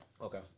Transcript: Okay